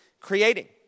creating